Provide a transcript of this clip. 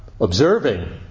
observing